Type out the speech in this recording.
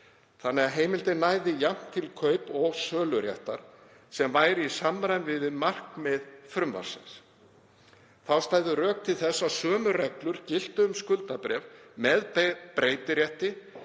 þannig að heimildin næði jafnt til kaup- og söluréttar sem væri í samræmi við markmið frumvarpsins. Þá stæðu rök til þess að sömu reglur giltu um skuldabréf með breytirétti